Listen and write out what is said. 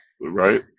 right